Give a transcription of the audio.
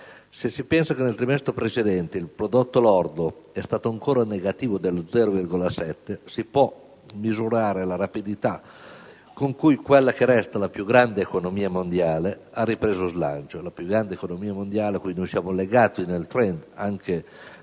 Se si pensa che nel trimestre precedente il prodotto lordo è stato ancora negativo dello 0,7 per cento, si può misurare la rapidità con cui quella che resta la più grande economia mondiale ha ripreso slancio; la più grande economia mondiale, cui noi siamo legati nel *trend* anche nella